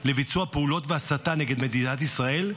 לביצוע פעולות והסתה כנגד מדינת ישראל,